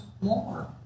more